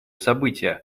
события